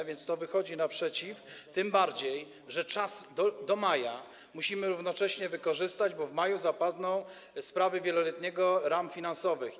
A więc to wychodzi naprzeciw temu, tym bardziej że czas do maja musimy równocześnie wykorzystać, bo w maju zapadną decyzje w sprawie wieloletnich ram finansowych.